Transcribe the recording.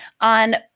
on